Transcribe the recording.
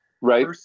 Right